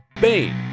Bane